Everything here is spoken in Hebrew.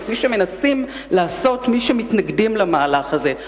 כפי שמנסים לעשות מי שמתנגדים למהלך הזה.